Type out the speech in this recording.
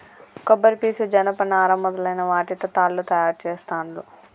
కొబ్బరి పీసు జనప నారా మొదలైన వాటితో తాళ్లు తయారు చేస్తాండ్లు